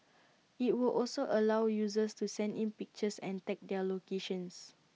IT would also allow users to send in pictures and tag their locations